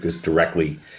directly